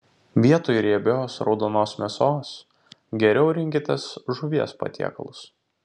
vietoj riebios raudonos mėsos geriau rinkitės žuvies patiekalus